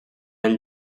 ell